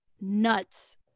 nuts